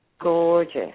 Gorgeous